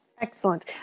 excellent